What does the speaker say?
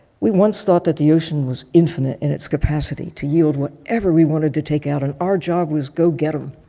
we once thought the ocean was infinite in its capacity to yield whatever we wanted to take out and our job was go get em,